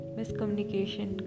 Miscommunication